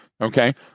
Okay